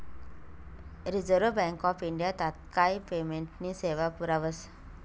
reserve bank of India तात्काय पेमेंटनी सेवा पुरावस